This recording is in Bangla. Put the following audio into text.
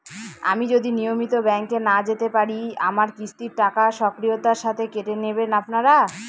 আমি যদি নিয়মিত ব্যংকে না যেতে পারি আমার কিস্তির টাকা স্বকীয়তার সাথে কেটে নেবেন আপনারা?